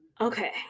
Okay